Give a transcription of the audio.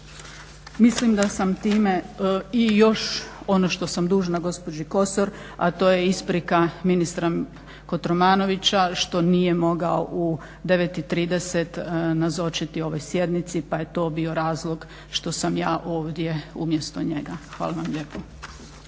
Mislim da sam time i još ono što sam dužna gospođi Kosor, a to je isprika ministra Kotromanovića što nije mogao u 9,30 nazočiti ovoj sjednici pa je to bio razlog što sam ja ovdje umjesto njega. Hvala vam lijepa.